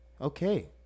Okay